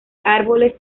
árboles